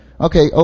Okay